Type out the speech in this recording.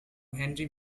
henry